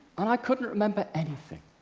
and i couldn't remember anything.